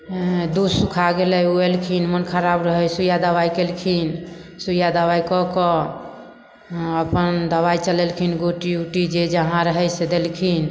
हेँ दूध सुखा गेलै उ अयलखिन मोन खराब रहै सुइया दबाइ केलखिन सुइया दबाइ कऽ कऽ हँ अपन दबाइ चलेलखिन गोटी उटी जे जहाँ रहै से देलखिन